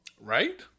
Right